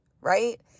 right